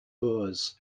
boers